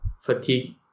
fatigue